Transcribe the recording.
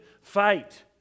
fight